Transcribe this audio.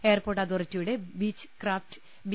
airport അതോറിട്ടിയുടെ Beechcraft B